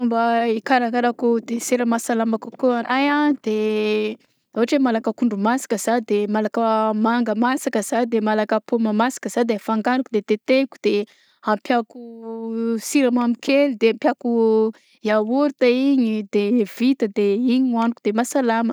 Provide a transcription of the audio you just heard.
Fomba hikarakarako desera mahasalama kokoa anahy a de ôhatra hoe malaka ankondro masaka zah de malaka manga masaka za de malaka pôma masaka de fangaroko de tetehiko de ampiàko siramamy kely de ampiako yaourt igny de vita de ignyno hohaniko de mahasalama.